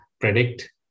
predict